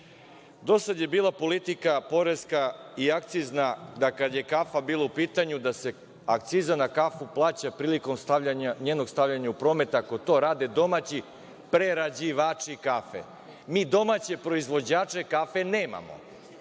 Do sada je bila politika poreska i akcizna, da kada je kafa bila u pitanju da se akciza na kafu plaća prilikom njenog stavljanja u promet, ako to rade domaći prerađivači kafe. Mi domaće proizvođače kafe nemamo.